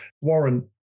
Warren